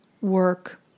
work